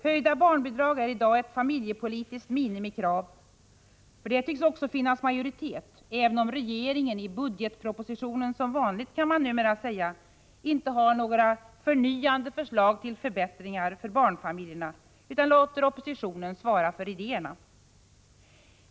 Höjda barnbidrag är i dag ett familjepolitiskt minimikrav. För detta förslag tycks det också finnas majoritet, även om regeringen i budgetpropositionen — som vanligt kan man numera säga — inte har några förnyande förslag till förbättringar för barnfamiljerna utan låter oppositionen svara för idéerna.